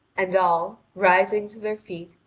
and all, rising to their feet,